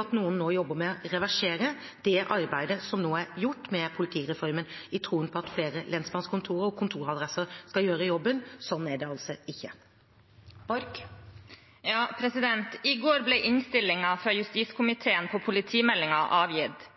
at noen jobber med å reversere det arbeidet som nå er gjort med politireformen, i troen på at flere lensmannskontor og kontoradresser skal gjøre jobben. Slik er det ikke. I går ble innstillingen fra justiskomiteen om politimeldingen avgitt.